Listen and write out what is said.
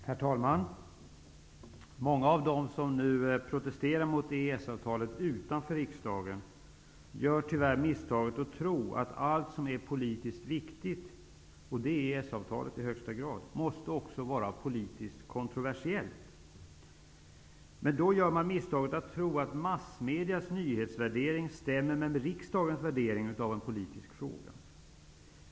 Herr talman! Många av dem som protesterar mot EES-avtalet utanför riksdagen gör tyvärr misstaget att tro att allt som är politiskt viktigt -- och det är EES-avtalet i högsta grad -- också måste vara politiskt kontroversiellt. Men då gör man misstaget att tro att massmedias nyhetsvärdering stämmer med riksdagens värdering av en politisk fråga.